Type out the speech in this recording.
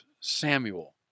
Samuel